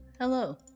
hello